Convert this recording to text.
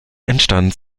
entstand